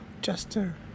Jester